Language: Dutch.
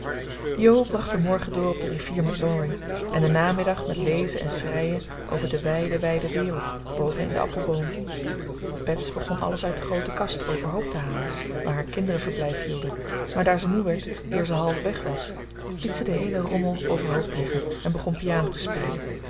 bracht den morgen door op de rivier met laurie en den namiddag met lezen en schreien over de wijde wijde wereld boven in den appelboom bets begon alles uit de groote kast overhoop te halen waar haar kinderen verblijf hielden maar daar ze moe werd eer ze halfweg was liet ze den heelen rommel overhoop liggen en begon piano te spelen